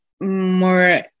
more